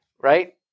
right